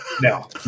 No